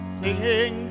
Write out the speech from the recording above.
singing